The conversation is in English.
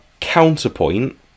counterpoint